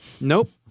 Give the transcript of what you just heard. Nope